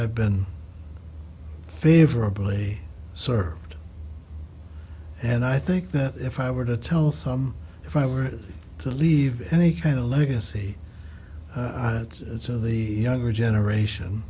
i've been favorably served and i think that if i were to tell some if i were to leave any kind of legacy it's of the other generation